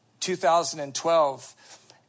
2012